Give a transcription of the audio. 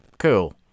cool